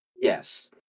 yes